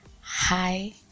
hi